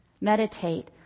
Meditate